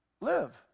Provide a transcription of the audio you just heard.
Live